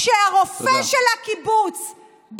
כשהרופא של הקיבוץ,